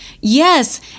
yes